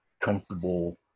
comfortable